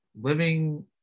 living